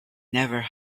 never